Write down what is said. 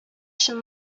чын